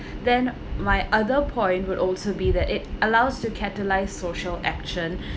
then my other point would also be that it allows to catalyse social action